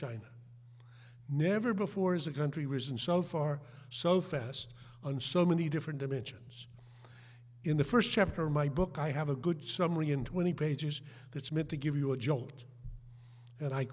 china never before is a country risen so far so fast on so many different dimensions in the first chapter of my book i have a good summary in twenty pages that's meant to give you a jolt and i